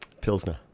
Pilsner